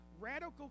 Radical